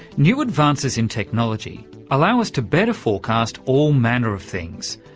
new advances in technology allow us to better forecast all manner of things,